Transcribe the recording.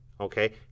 Okay